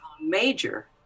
major